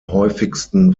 häufigsten